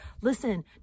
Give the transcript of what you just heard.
listen